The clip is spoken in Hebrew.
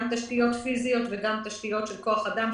גם תשתיות פיזיות וגם תשתיות כוח אדם,